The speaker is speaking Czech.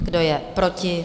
Kdo je proti?